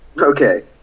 Okay